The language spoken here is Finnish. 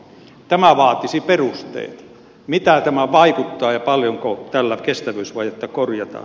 tämä vaatisi perusteet mitä tämä vaikuttaa ja paljonko tällä kestävyysvajetta korjataan